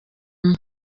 umwe